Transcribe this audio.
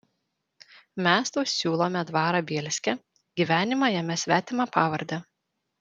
mes tau siūlome dvarą bielske gyvenimą jame svetima pavarde